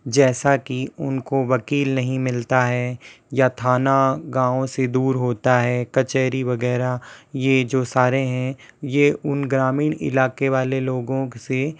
जैसा कि उनको वकील नहीं मिलता है या थाना गाँव से दूर होता है कचहरी वग़ैरह ये जो सारे हैं ये उन ग्रामीण इलाक़े वाले लोगों से